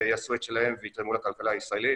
ויעשו את שלהם ויתרמו לכלכלה הישראלית.